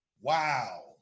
Wow